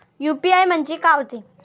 UPI म्हणजे का होते?